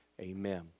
amen